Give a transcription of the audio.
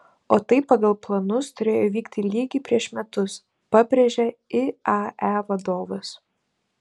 o tai pagal planus turėjo įvykti lygiai prieš metus pabrėžė iae vadovas